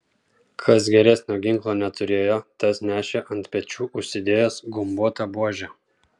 kas geresnio ginklo neturėjo tas nešė ant pečių užsidėjęs gumbuotą buožę